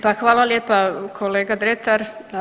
Pa hvala lijepa kolega Dretar.